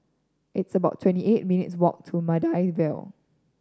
it's about twenty eight minutes' walk to Maida Vale